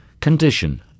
condition